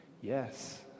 Yes